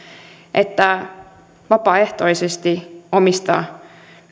että vapaaehtoisesti omista